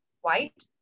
white